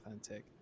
authentic